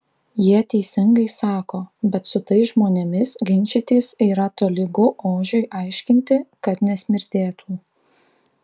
jie teisingai sako bet su tais žmonėmis ginčytis yra tolygu ožiui aiškinti kad nesmirdėtų